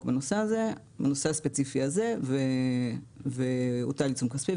בנושא הספציפי הזה והוטל עיצום כספי,